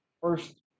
first